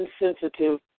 insensitive